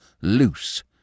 loose